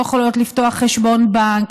לא יכולות לפתוח חשבון בנק,